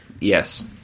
Yes